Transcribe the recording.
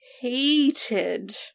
hated